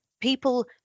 people